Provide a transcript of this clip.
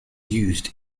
used